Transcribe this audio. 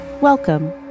Welcome